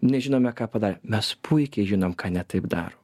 nežinome ką padarėm mes puikiai žinom ką ne taip darom